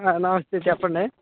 నమస్తే చెప్పండి